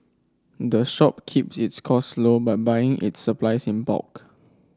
the shop keeps its costs low by buying its supplies in bulk